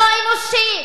לא אנושי.